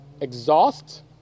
Exhaust